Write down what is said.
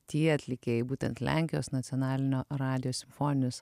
tie atlikėjai būtent lenkijos nacionalinio radijo simfoninis